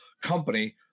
company